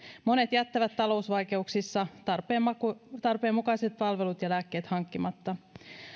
monet jättävät talousvaikeuksissa tarpeen mukaiset palvelut ja lääkkeet hankkimatta